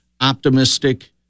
optimistic